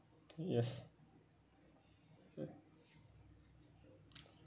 yes